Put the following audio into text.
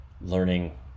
learning